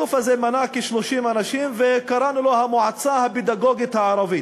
הגוף הזה מנה כ-30 אנשים וקראנו לו "המועצה הפדגוגית הערבית".